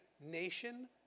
nation